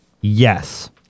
yes